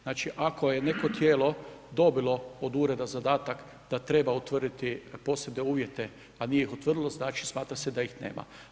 Znači ako je neko tijelo dobilo od ureda zadatak da treba utvrditi posebne uvjete a nije ih utvrdilo, znači smatra se da ih nema.